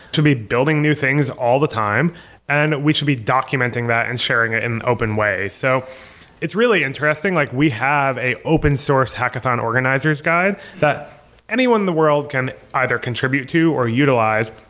to be building new things all the time and we should be documenting that and sharing it an open way. so it's really interesting. like we have a open-source hackathon organizers guide that anyone in the world can either contribute to, or utilize.